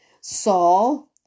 Saul